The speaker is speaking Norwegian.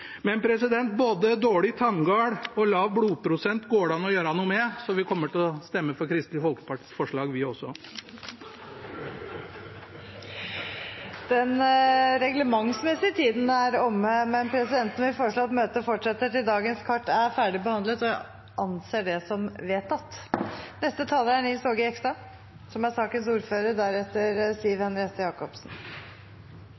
Men både dårlig tanngard og lav blodprosent går det an å gjøre noe med, så vi kommer til å stemme for Kristelig Folkepartis forslag vi også. Den reglementsmessige tiden er omme, men presidenten vil foreslå at møtet fortsetter til dagens kart er ferdigbehandlet. – Det anses vedtatt. Hvis jeg hadde slått opp en åpen dør, og det var helt mørkt på innsiden, ville jeg vurdert om jeg hadde slått opp feil dør. Det